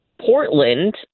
Portland